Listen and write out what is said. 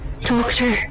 Doctor